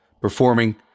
performing